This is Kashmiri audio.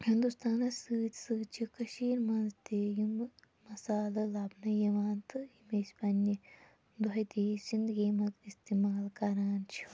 ہِندوستانَس سۭتۍ سۭتۍ چھِ کٔشیٖرِ منٛز تہِ یِمہٕ مصالہٕ لَبنہٕ یِوان تہٕ یِم أسۍ پنٛنہِ دۄہ دیش زندگی منٛز اِستعمال کَران چھِ